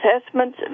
assessments